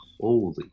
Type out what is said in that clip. Holy